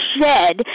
shed